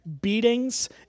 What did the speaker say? beatings